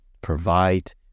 provide